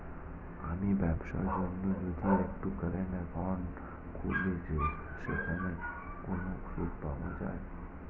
আমি ব্যবসার জন্য যদি একটি কারেন্ট একাউন্ট খুলি সেখানে কোনো সুদ পাওয়া যায়?